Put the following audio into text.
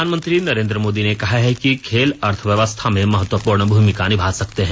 प्रधानमंत्री नरेन्द्र मोदी ने कहा है कि खेल अर्थव्य्वस्था में महत्वपूर्ण भूमिका निभा सकते हैं